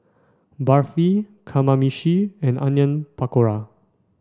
Barfi Kamameshi and Onion Pakora